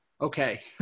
okay